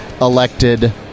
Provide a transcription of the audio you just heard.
elected